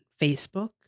Facebook